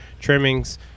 trimmings